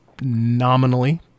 nominally